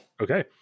okay